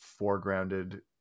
foregrounded